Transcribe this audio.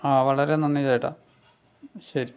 ആ വളരെ നന്ദി ചേട്ടാ ശരി